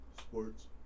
Sports